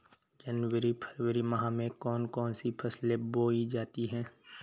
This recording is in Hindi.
जनवरी फरवरी माह में कौन कौन सी फसलें बोई जाती हैं?